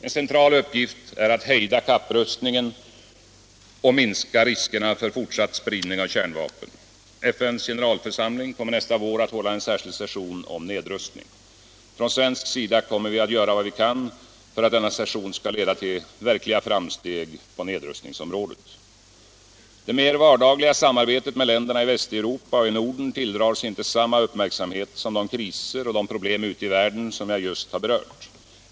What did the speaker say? En central uppgift är att hejda kapprustningen och minska riskerna för fortsatt spridning av kärnvapen. FN:s generalförsamling kommer nästa vår att hålla en särskild session om nedrustning. Från svensk sida kommer vi att göra vad vi kan för att denna session skall leda till verkliga framsteg på nedrustningsområdet. Det mer vardagliga samarbetet med länderna i Västeuropa och i Norden tilldrar sig inte samma uppmärksamhet som de kriser och problem ute i världen som jag just har berört.